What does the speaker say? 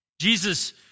Jesus